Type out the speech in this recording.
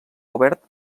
obert